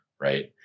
right